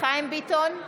חיים ביטון,